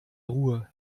ruhe